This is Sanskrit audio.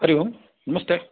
हरि ओम् नमस्ते